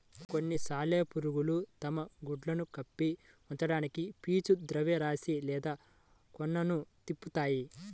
కొన్ని సాలెపురుగులు తమ గుడ్లను కప్పి ఉంచడానికి పీచు ద్రవ్యరాశి లేదా కోకన్ను తిప్పుతాయి